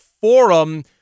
Forum